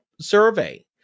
survey